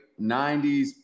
90s